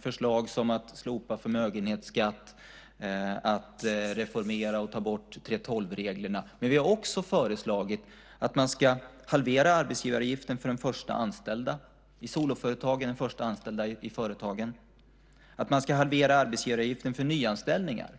förslag som att slopa förmögenhetsskatt och att ta bort och reformera 3:12-reglerna. Vi har också föreslagit att man ska halvera arbetsgivaravgiften för den först anställde - i soloföretagen den först anställde i företaget - och att man ska halvera arbetsgivaravgiften för nyanställningar.